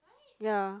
ya